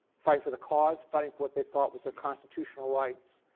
fighting for the cause, fighting for what they thought was their constitutional rights.